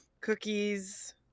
cookies